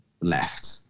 left